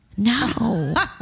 No